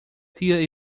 tia